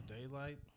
daylight